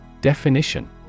Definition